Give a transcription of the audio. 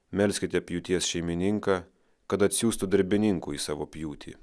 melskite pjūties šeimininką kad atsiųstų darbininkų į savo pjūtį